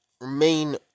remain